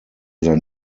sein